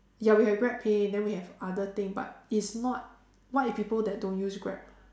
ya we have GrabPay then we have other thing but is not what if people that don't use Grab